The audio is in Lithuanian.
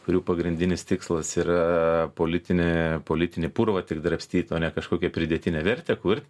kurių pagrindinis tikslas yra politinė politinį purvą tik drabstyt o ne kažkokią pridėtinę vertę kurt